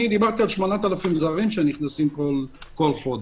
דיווחתי על 8,000 זרים שנכנסו כל חודש.